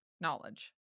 knowledge